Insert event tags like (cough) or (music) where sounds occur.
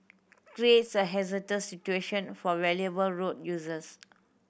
(unintelligible) a hazardous situation for vulnerable road users